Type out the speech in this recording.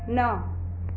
न